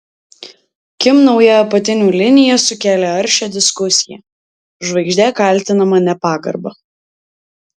kim nauja apatinių linija sukėlė aršią diskusiją žvaigždė kaltinama nepagarba